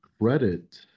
credit